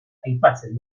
aipatzen